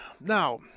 Now